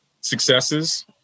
successes